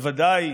בוודאי